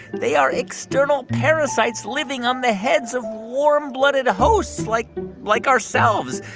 they are external parasites living on the heads of warm-blooded hosts like like ourselves.